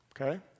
Okay